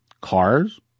Cars